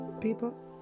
people